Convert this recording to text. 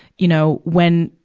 you know, when,